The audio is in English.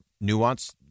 nuance